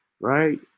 right